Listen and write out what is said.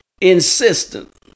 insistent